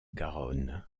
garonne